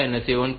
5 અને 7